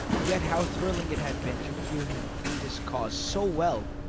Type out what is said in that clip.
yet how thrilling it had been to hear him plead his cause so well!